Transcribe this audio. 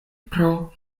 pro